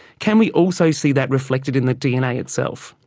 can we also see that reflected in the dna itself.